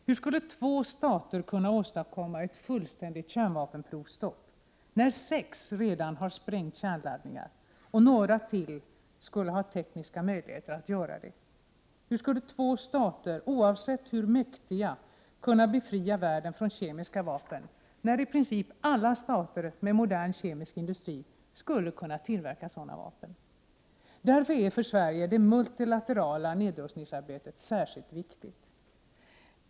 Hur skulle två stater kunna åstadkomma ett fullständigt kärnvapenprovstopp när sex redan har sprängt kärnladdningar och några till skulle ha tekniska möjligheter att göra det? Hur skulle två stater — oavsett hur mäktiga — kunna befria världen från kemiska vapen när i princip alla stater med modern kemisk industri skulle kunna tillverka sådana vapen? Därför är för Sverige det multilaterala nedrustningsarbetet särskilt viktigt.